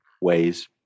ways